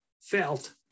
felt